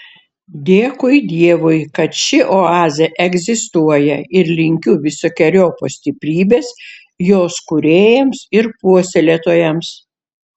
dėkui dievui kad ši oazė egzistuoja ir linkiu visokeriopos stiprybės jos kūrėjams ir puoselėtojams